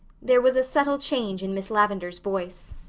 there was a subtle change in miss lavendar's voice.